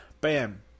Bam